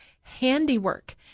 handiwork